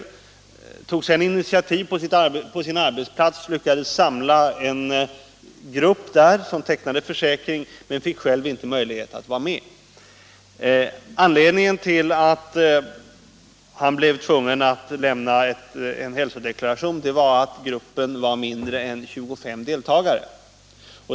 Sedan tog han initiativ på sin arbetsplats och lyckades samla en grupp som tecknade försäkring — men han fick själv inte möjlighet att vara med. Han blev nämligen tvungen att lämna hälsodeklaration därför att gruppen hade mindre än 25 deltagare.